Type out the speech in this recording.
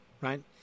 right